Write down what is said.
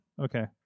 Okay